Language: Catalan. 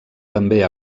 també